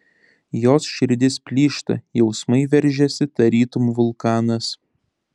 jos širdis plyšta jausmai veržiasi tarytum vulkanas